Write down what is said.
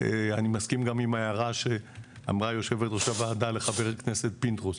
ואני מסכים גם עם ההערה שאמרה יושבת-ראש הוועדה לחבר הכנסת פינדרוס,